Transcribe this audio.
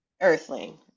earthling